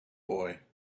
boy